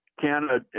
Canada